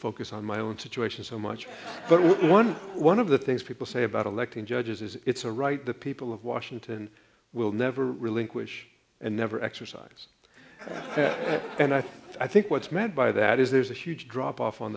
focus on my own situation so much but one one of the things people say about electing judges is it's a right the people of washington will never relinquish and never exercise and i think i think what's meant by that is there's a huge drop off on